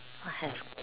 I have